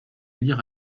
lire